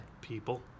People